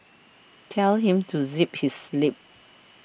tell him to zip his lip